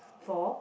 for